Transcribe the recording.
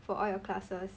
for all your classes